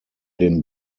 den